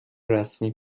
رسمی